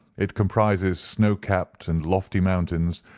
it comprises snow-capped and lofty mountains,